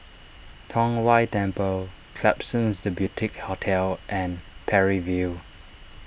Tong Whye Temple Klapsons the Boutique Hotel and Parry View